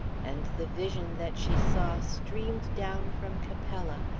and the vision that she saw streamed down from capella,